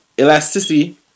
elasticity